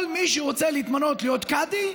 כל מי שרוצה להתמנות להיות קאדי,